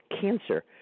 cancer